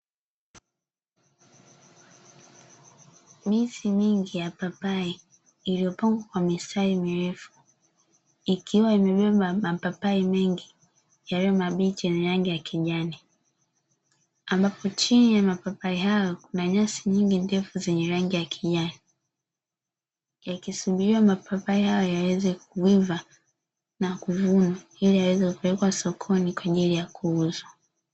Miti mingi ya papai iliyopangwa kwa mistari mirefu, ikiwa imebeba mapapai mengi yaliyomabichi yenye rangi ya kijani. Ambapo chini ya mapapai hayo kuna nyasi nyingi ndefu zenye rangi ya kijani, yakisubiriwa mapapai hayo yaweze kuiva na kuiva ili yaweze kupelekwa sokoni kwa ajili ya kuuza.